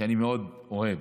שאני מאוד אוהב.